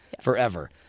forever